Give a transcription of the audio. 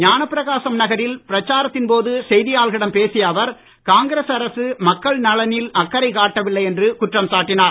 ஞானப்பிரகாசம் நகரில் பிரச்சாரத்தின் போது செய்தியாளர்களிடம் பேசிய அவர் காங்கிரஸ் அரசு மக்கள் நலனில் அக்கரை காட்டவில்லை என்று குற்றம் சாட்டினார்